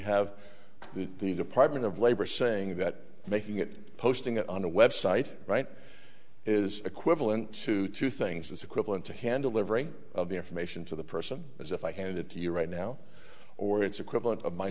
have the department of labor saying that making it posting it on a website right is equivalent to two things as equivalent to handle every of the information to the person as if i had it to you right now or its equivalent of my